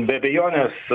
be abejonės